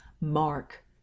Mark